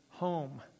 home